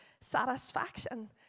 satisfaction